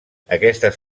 aquestes